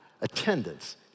attendance